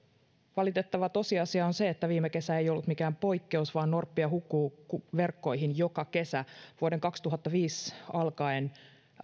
valitettava tosiasia on se että viime kesä ei ollut mikään poikkeus vaan norppia hukkuu verkkoihin joka kesä vuodesta kaksituhattaviisi alkaen